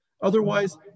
Otherwise